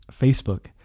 facebook